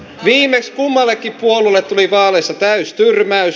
viimeksi kummallekin puolueelle tuli vaaleissa täystyrmäys